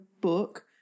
book